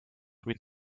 with